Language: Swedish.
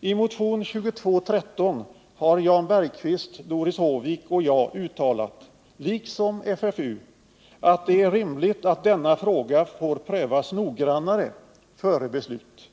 I motionen 2213 har Jan Bergqvist, Doris Håvik och jag uttalat — liksom FFU -—att det är rimligt att denna fråga får prövas noggrannare före beslut.